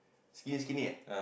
skinny skinny eh